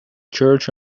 church